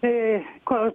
tai kad